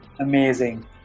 amazing